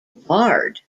lard